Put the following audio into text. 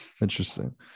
Interesting